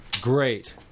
Great